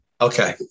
Okay